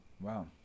Wow